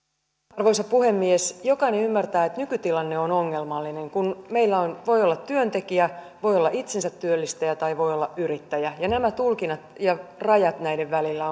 arvoisa puhemies jokainen ymmärtää että nykytilanne on ongelmallinen kun meillä voi olla työntekijä voi olla itsensä työllistäjä tai voi olla yrittäjä ja nämä tulkinnat ja rajat näiden välillä